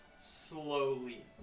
slowly